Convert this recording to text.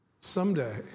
someday